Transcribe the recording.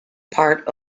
part